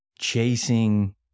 Chasing